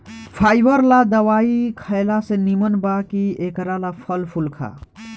fibre ला दवाई खएला से निमन बा कि एकरा ला फल फूल खा